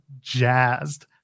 jazzed